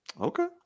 Okay